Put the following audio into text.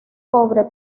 cobre